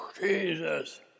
Jesus